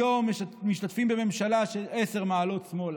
היום משתתפים בממשלה של עשר מעלות שמאלה.